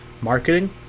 Marketing